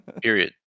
Period